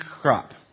crop